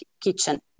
kitchen